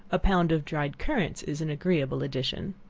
a pound of dried currants is an agreeable addition.